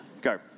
Go